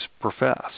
profess